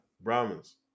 Brahmins